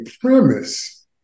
premise